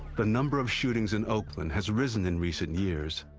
the number of shootings in oakland has risen in recent years,